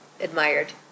admired